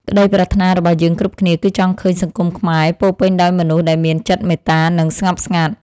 ក្តីប្រាថ្នារបស់យើងគ្រប់គ្នាគឺចង់ឃើញសង្គមខ្មែរពោរពេញដោយមនុស្សដែលមានចិត្តមេត្តា និង ស្ងប់ស្ងាត់។